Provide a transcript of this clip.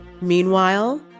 Meanwhile